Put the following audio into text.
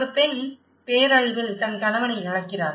ஒரு பெண் பேரழிவில் தன் கணவனை இழக்கிறாள்